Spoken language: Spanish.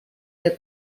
que